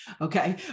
okay